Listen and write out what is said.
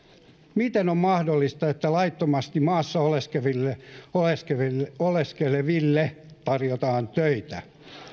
miten on mahdollista että laittomasti maassa oleskeleville oleskeleville tarjotaan töitä